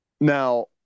Now